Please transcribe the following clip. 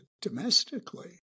domestically